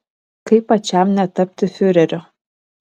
kaip pačiam netapti fiureriu